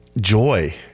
joy